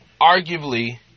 arguably